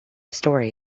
story